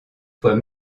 fois